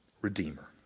redeemer